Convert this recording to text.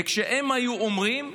וכשהם היו אומרים,